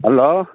hello